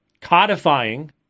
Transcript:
codifying